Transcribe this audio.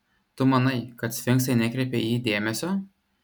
tu manai kad sfinksai nekreipia į jį dėmesio